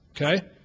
Okay